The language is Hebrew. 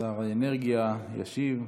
שר האנרגיה ישיב.